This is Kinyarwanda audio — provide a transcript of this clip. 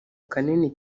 kanini